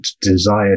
desire